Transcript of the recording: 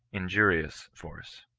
injurious force.